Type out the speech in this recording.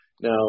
now